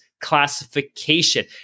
classification